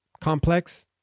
complex